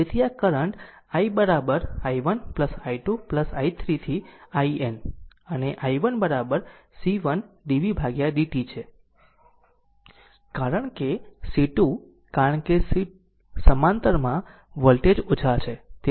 તેથી આ current i i1 i2 i3 up to iN અને i1 C1 dvdt સુધી છે કારણ કે C2 કારણ કે સમાંતરમાં વોલ્ટેજ ઓછા છે